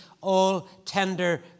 all-tender